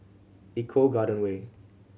Eco Garden Way